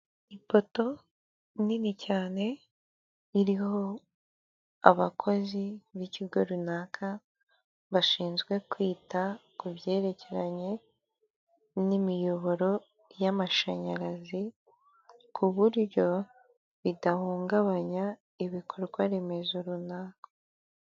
Ipoto nini cyane iriho abakozi b'ikigo runaka, bashinzwe kwita ku byerekeranye n'imiyoboro y'amashanyarazi, ku buryo bidahungabanya ibikorwaremezo runaka.